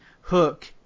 Hook